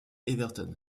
everton